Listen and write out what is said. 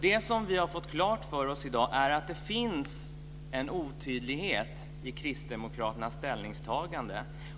Det vi har fått klart för oss i dag är att det finns en otydlighet i kristdemokraternas ställningstagande.